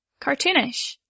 cartoonish